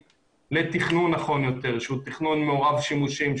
לתכנון נכון יותר שהוא תכנון מעורב שימושים,